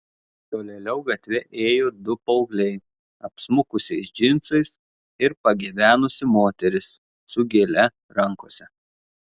tolėliau gatve ėjo du paaugliai apsmukusiais džinsais ir pagyvenusi moteris su gėle rankose